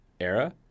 era